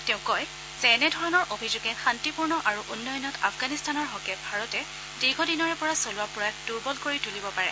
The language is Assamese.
তেওঁ কয় যে এনে ধৰণৰ অভিযোগে শান্তিপূৰ্ণ আৰু উন্নয়নত আফগানিস্তানৰ হকে ভাৰতে দীৰ্ঘ দিনৰে পৰা চলোৱা প্ৰয়াস দুৰ্বল কৰি তুলিব পাৰে